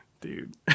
Dude